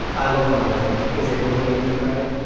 i love when a book is able to make me cry,